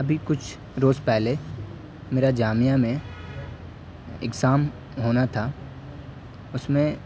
ابھی کچھ روز پہلے میرا جامعہ میں اگزام ہونا تھا اس میں